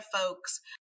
folks